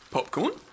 Popcorn